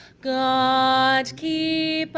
god keep